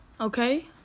Okay